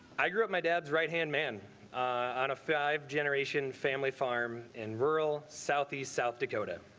i grew up my dad's right hand man on a five generation family farm in rural southeast south dakota